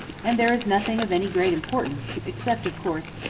and there is nothing of any great importance, except, of course,